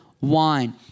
wine